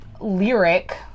lyric